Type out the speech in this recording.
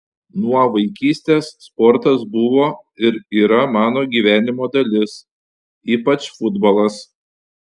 nuo vaikystės sportas buvo ir yra mano gyvenimo dalis ypač futbolas